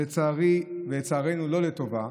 ולצערי ולצערנו לא לטובה,